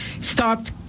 stopped